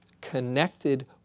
connected